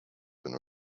been